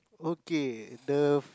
okay the